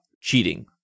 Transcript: cheating